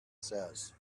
says